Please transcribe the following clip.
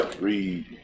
Read